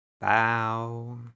bow